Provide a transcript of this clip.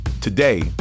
Today